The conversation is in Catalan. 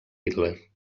hitler